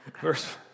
Verse